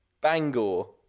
Bangor